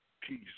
peace